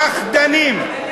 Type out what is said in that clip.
פחדנים,